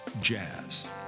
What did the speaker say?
jazz